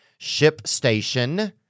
ShipStation